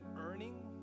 earning